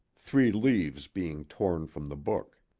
three leaves being torn from the book.